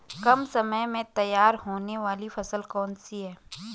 कम समय में तैयार होने वाली फसल कौन सी है?